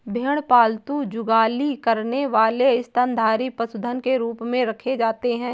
भेड़ पालतू जुगाली करने वाले स्तनधारी पशुधन के रूप में रखे जाते हैं